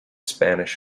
spanish